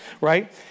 right